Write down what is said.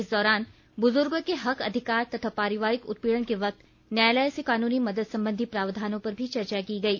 इस दौरान बुजुर्गों के हक अधिकार तथा पारिवारिक उत्पीड़न के वक्त न्यायालय से कानूनी मदद संबंधी प्रावधानों पर भी चर्चा की गई